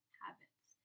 habits